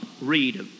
read